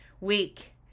week